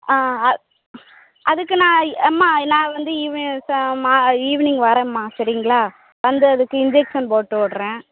ஆ அதுக்கு நான் அம்மா நான் வந்து ஈவினிங் ஈவினிங் வர்றேன்மா சரிங்களா வந்து அதுக்கு இன்ஜெக்ஷன் போட்டு விட்றேன்